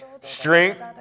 strength